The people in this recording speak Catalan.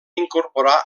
incorporar